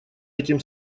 этим